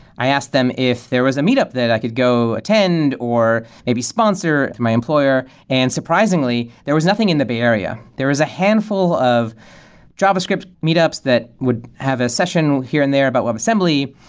i asked them if there was a meetup that i could go attend, or maybe sponsor to my employer. and surprisingly, there was nothing in the bay area. there was a handful of javascript meetups that would have a session here and there about webassembly,